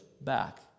back